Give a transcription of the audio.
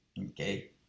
Okay